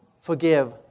forgive